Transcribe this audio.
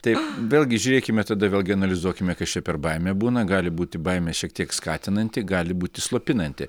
tai vėlgi žiūrėkime tada vėlgi analizuokime kas čia per baimė būna gali būti baimė šiek tiek skatinanti gali būti slopinanti